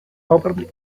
overtly